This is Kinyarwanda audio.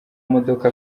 modoka